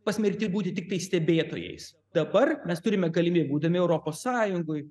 pasmerkti būti tiktai stebėtojais dabar mes turime galimybę būdami europos sąjungoj